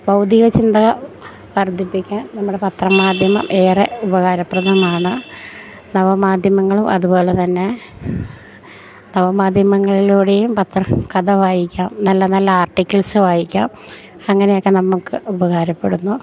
ബൗദ്ധിക ചിന്ത വർദ്ധിപ്പിക്കാൻ നമ്മുടെ പത്ര മാധ്യമം ഏറെ ഉപകാരപ്രദമാണ് നവമാധ്യമങ്ങളും അതുപോലെത്തന്നെ നവമാധ്യമങ്ങളിലൂടെയും പത്ര കഥ വായിക്കാം നല്ല നല്ല ആർട്ടിക്കിൾസ് വായിക്കാം അങ്ങനെയെക്കെ നമുക്ക് ഉപകാരപ്പെടുന്നു